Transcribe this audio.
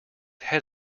head